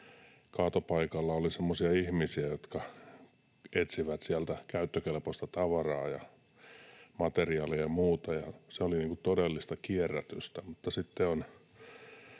kaatopaikalla oli semmoisia ihmisiä, jotka etsivät sieltä käyttökelpoista tavaraa ja materiaalia ja muuta, ja se oli todellista kierrätystä,